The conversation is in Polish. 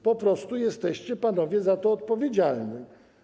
Po prostu jesteście panowie za to odpowiedzialni.